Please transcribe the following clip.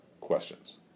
questions